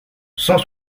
cent